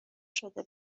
شده